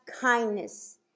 kindness